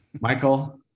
Michael